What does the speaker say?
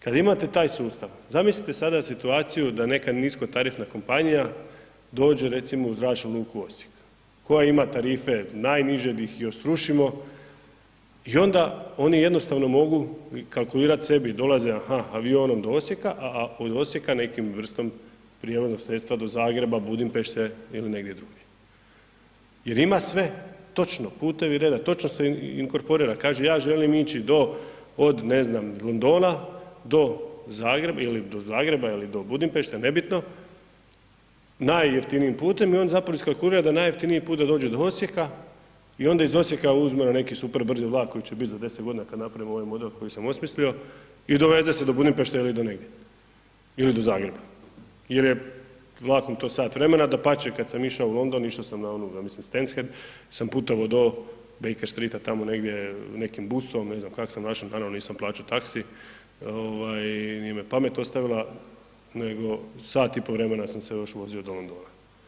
Kad imate taj sustav, zamislite sada situaciju da neka niskotarifna kompanija dođe recimo u Zračnu luku Osijek koja ima tarife najniže, di ih još srušimo i oni jednostavno mogu i kalkulirat sebi, dolaze aha, avionom do Osijeka a od Osijeka nekom vrstom prijevoznog sredstva do Zagreba, Budimpešte ili negdje drugdje- jer ima sve točno, putevi reda, točno se inkorporira, kaže ja želim ići od ne znam, Londona do Zagreba ili do Budimpešte, nebitno, najjeftinijim putem i on zapravo iskalkulira da najjeftiniji put da dođe do Osijeka i onda iz Osijeka uzme neki super brzi vlak koji će bit za 10 g. kad napravimo ovaj model koji sam osmislio i doveze se do Budimpešte ili do negdje ili do Zagreba jer je vlakom to sat vremena, dapače, kad sam išao u London, išao sam na onu ja mislim ... jer sam putovao do Baker streeta tamo negdje nekim busom, ne znam kako sam našao, uglavnom, nisam plaćao taxi, nije me pamet ostavila nego sat i pol vremena sam se još vozio do Londona.